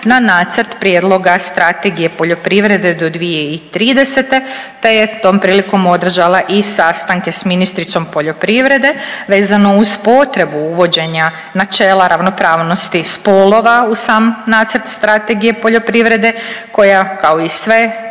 na nacrt prijedloga Strategije poljoprivrede do 2030., te je tom prilikom održala i sastanke s ministricom poljoprivrede vezano uz potrebu uvođenja načela ravnopravnosti spolova u sam nacrt Strategije poljoprivrede koja kao i sve